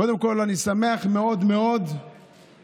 קודם כול, אני שמח מאוד מאוד שסוף-סוף,